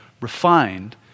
refined